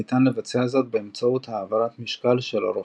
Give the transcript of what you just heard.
ניתן לבצע זאת באמצעות העברת משקלו של הרוכב.